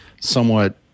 somewhat